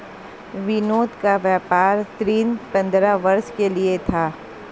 विनोद का व्यापार ऋण पंद्रह वर्ष के लिए था